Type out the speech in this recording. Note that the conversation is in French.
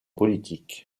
politique